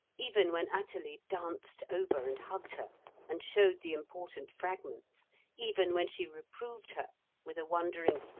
even when athalie danced over and hugged her and showed the important fragments even when she reproved her with a wondering,